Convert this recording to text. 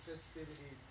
Sensitivity